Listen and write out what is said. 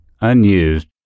unused